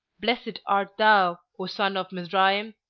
blessed art thou, o son of mizraim!